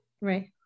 Right